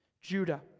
Judah